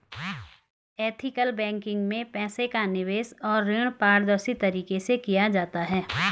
ethical banking में पैसे का निवेश और ऋण पारदर्शी तरीके से किया जाता है